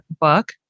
book